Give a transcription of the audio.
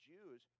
Jews